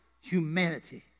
humanity